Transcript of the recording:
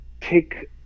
take